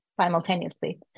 simultaneously